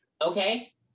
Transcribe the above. okay